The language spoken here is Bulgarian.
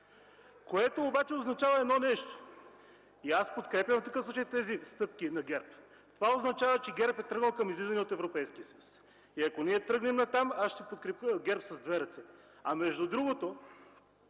Това означава обаче едно нещо и аз подкрепям в случая тези стъпки на ГЕРБ. Това означава, че ГЕРБ е тръгнал към излизане от Европейския съюз и ако ние тръгнем натам, аз ще подкрепя ГЕРБ с две ръце. Между другото,